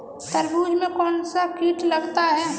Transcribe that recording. तरबूज में कौनसा कीट लगता है?